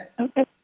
Okay